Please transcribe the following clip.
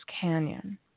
Canyon